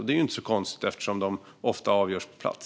Det är inte så konstigt eftersom de ofta avgörs på plats.